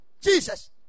Jesus